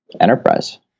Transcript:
enterprise